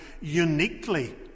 uniquely